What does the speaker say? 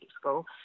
school